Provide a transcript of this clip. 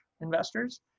investors